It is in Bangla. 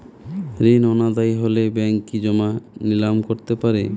ঋণ অনাদায়ি হলে ব্যাঙ্ক কি জমি নিলাম করতে পারে?